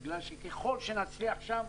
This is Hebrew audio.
אלא בגלל שככל שנצליח שם,